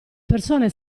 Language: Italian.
persone